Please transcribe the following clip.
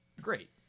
Great